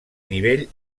nivell